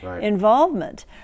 involvement